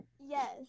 yes